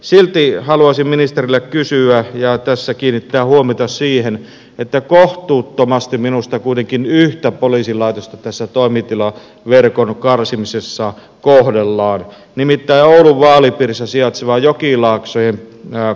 silti haluaisin ministeriltä kysyä ja tässä kiinnittää huomiota siihen että kohtuuttomasti minusta kuitenkin yhtä poliisilaitosta tässä toimitilaverkon karsimisessa kohdellaan nimittäin oulun vaalipiirissä sijaitsevaa jokilaaksojen poliisilaitosta